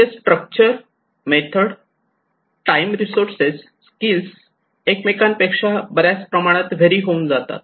त्यांचे structure method time resources skill एकमेकांपेक्षा बऱ्याच प्रमाणात व्हेरि होऊन जातात